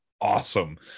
awesome